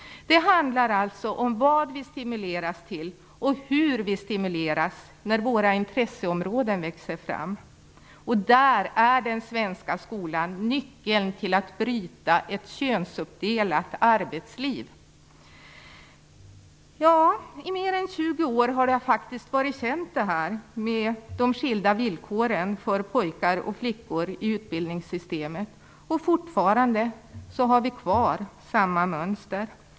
Det handlar alltså om vad vi stimuleras till och hur vi stimuleras när våra intresseområden växer fram. Där är den svenska skolan nyckeln till att bryta ett könsuppdelat arbetsliv. I mer än 20 år har de skilda villkoren för pojkar och flickor i utbildningssystemet faktiskt varit kända. Fortfarande har man kvar samma mönster.